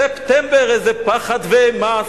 ספ-טמ-בר עם איזה פחד ואימה,